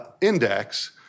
index